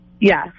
Yes